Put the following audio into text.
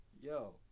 Yo